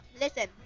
listen